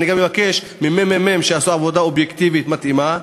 אני גם מבקש מהממ"מ שיעשו עבודה אובייקטיבית מתאימה,